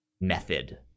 method